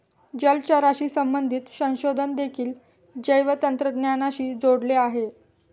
जलचराशी संबंधित संशोधन देखील जैवतंत्रज्ञानाशी जोडलेले आहे